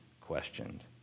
questioned